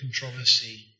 controversy